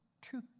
true